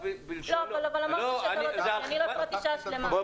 אבל אני לא הפרעתי שעה שלימה.